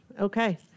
Okay